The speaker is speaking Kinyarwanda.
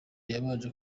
yabanje